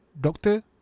doctor